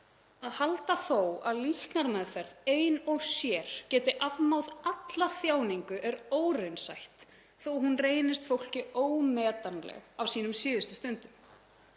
Að halda þó að líknarmeðferð ein og sér geta afmáð alla þjáningu er óraunsætt þótt hún reynist fólki ómetanleg á sínum síðustu stundum.